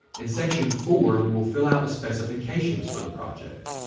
in section four we will fill out the specifications for the project.